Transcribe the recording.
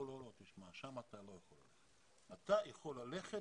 לא, תשמע, לשם אתה לא הולך, אתה יכול ללכת